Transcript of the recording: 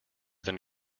than